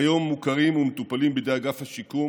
כיום מוכרים ומטופלים בידי אגף השיקום